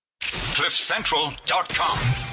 Cliffcentral.com